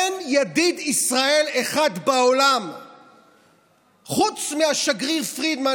אין ידיד ישראל אחד בעולם חוץ מהשגריר פרידמן,